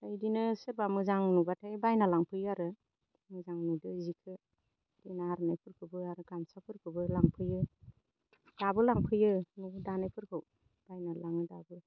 ओमफ्राय इदिनो सोरबा मोजां नुब्लाथाय बायना लांफैयो आरो मोजां नुदो जिखो जोंना आर'नाइफोरखौबो आरो गामसाफोरखौबो लांफैयो दाबो लांफैयो न'आव दानायफोरखौ बायनानै लाङो दाबो